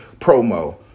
promo